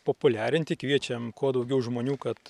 populiarinti kviečiam kuo daugiau žmonių kad